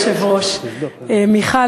מיכל,